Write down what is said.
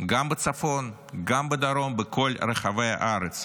גם בצפון, גם בדרום, בכל רחבי הארץ.